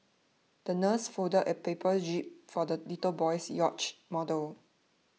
the nurse folded a paper jib for the little boy's yacht model